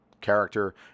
character